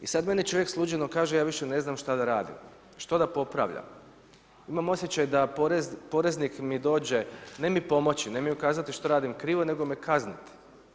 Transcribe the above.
I sad meni čovjek slučajno kaže ja više ne znam što da radim, što da popravljam, imam osjećaj da poreznik mi dođe, ne mi pomoći, ne mi ukazati što radim krivo nego me kazniti.